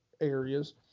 areas